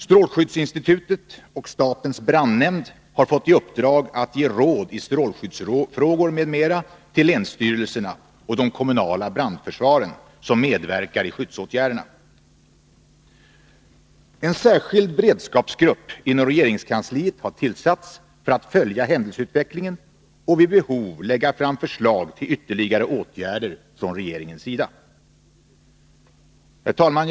Strålskyddsinstitutet och statens brandnämnd har fått i uppdrag att ge råd i strålskyddsfrågor m.m. till länsstyrelserna och de kommunala brandförsvaren som medverkar i skyddsåtgärderna. En särskild beredskapsgrupp inom regeringskansliet har tillsatts för att följa händelseutvecklingen och vid behov lägga fram förslag till ytterligare åtgärder från regeringens sida. Herr talman!